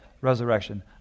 resurrection